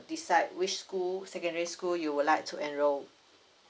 decide which school secondary school you would like to enroll